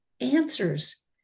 answers